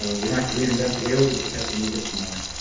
we don't have to reinvent the wheel, and we just have to make it smaller.